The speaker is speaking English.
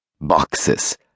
boxes